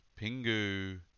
Pingu